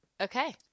Okay